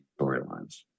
storylines